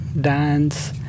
dance